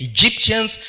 Egyptians